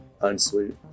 Unsweet